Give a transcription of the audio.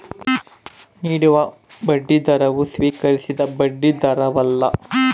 ನೀಡುವ ಬಡ್ಡಿದರವು ಸ್ವೀಕರಿಸಿದ ಬಡ್ಡಿದರವಲ್ಲ